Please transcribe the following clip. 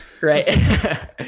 right